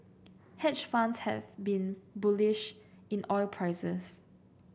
hedge funds have been bullish in oil prices